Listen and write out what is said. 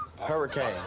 Hurricane